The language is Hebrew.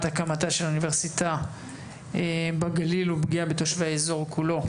הקמתה של אוניברסיטה בגליל ופגיעה בתושבי האזור כולו,